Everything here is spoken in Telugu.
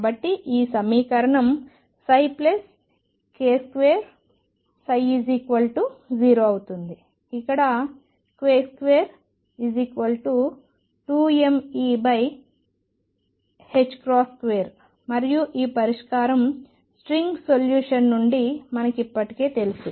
కాబట్టి ఈ సమీకరణం k2ψ0 అవుతుంది ఇక్కడ k22mE2 మరియు ఈ పరిష్కారం స్ట్రింగ్ సొల్యూషన్ నుండి మనకు ఇప్పటికే తెలుసు